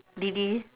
did you